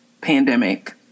pandemic